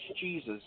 Jesus